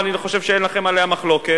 ואני חושב שאין לכם עליה מחלוקת,